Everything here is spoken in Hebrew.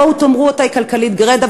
בואו תאמרו זאת: היא כלכלית גרידא.